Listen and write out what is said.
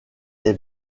est